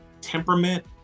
temperament